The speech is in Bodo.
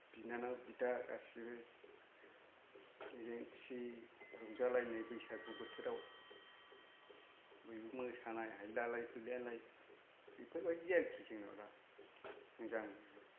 बिनानाव बिदा गासैबो मिनि खुसि रंजालायनाय बैसागु बोथोराव बयबो मोसानाय हायलालाय हुइलालाय बेफोरबादि आरोखि जोंनाव दा मोजाङैनो